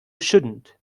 shouldn’t